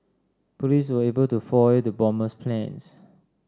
police were able to foil the bomber's plans